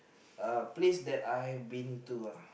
uh place that I have been to uh